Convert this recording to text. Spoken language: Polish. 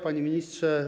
Panie Ministrze!